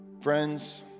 friends